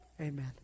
amen